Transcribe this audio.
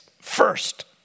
First